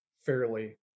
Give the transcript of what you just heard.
fairly